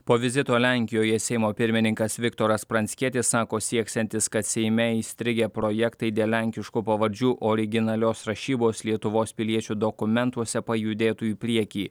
po vizito lenkijoje seimo pirmininkas viktoras pranckietis sako sieksiantis kad seime įstrigę projektai dėl lenkiškų pavardžių originalios rašybos lietuvos piliečių dokumentuose pajudėtų į priekį